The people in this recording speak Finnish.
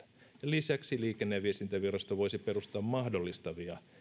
lisäksi liikenne ja viestintävirasto voisi perustaa mahdollistavia